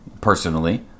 personally